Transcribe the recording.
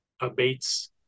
abates